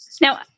Now